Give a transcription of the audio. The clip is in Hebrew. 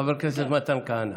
חבר הכנסת מתן כהנא.